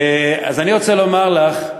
אז אני רוצה לומר לך,